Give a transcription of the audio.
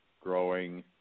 growing